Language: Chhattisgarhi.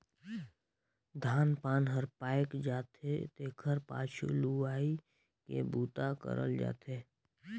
धान पान हर पायक जाथे तेखर पाछू लुवई के बूता करल जाथे